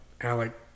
Alec